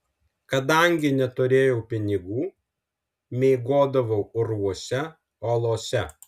kadangi neturėjau pinigų miegodavau urvuose olose